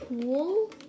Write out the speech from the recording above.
pool